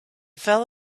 fell